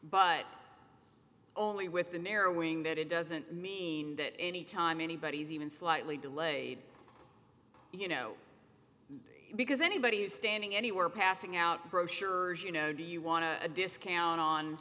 but only with the narrowing that it doesn't mean that any time anybody is even slightly delayed you know because anybody who's standing anywhere passing out brochures you know do you want to a discount on